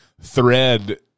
thread